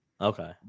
Okay